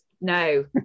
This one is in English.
no